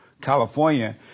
California